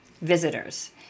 visitors